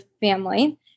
family